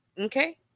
okay